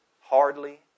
hardly